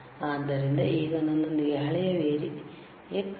ಆದ್ದರಿಂದ ಈಗ ನನ್ನೊಂದಿಗೆ ಹಳೆಯ ವೇರಿಯಕ್variac